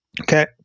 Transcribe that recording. Okay